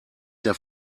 der